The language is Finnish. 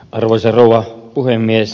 arvoisa rouva puhemies